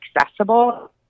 accessible